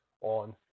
on